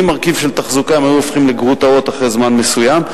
ובלי מרכיב של תחזוקה הם היו הופכים לגרוטאות אחרי זמן מסוים,